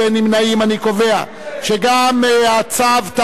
שגם הוא הצו על-פי בקשת הממשלה,